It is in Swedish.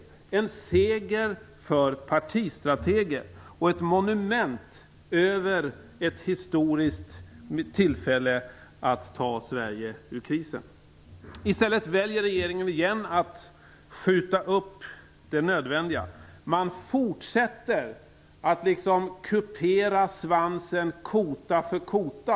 Det är en seger för partistrateger och ett monument över ett historiskt tillfälle att ta Sverige ur krisen. I stället väljer regeringen igen att skjuta upp det nödvändiga. Den fortsätter att kupera svansen kota för kota.